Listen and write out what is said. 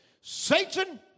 Satan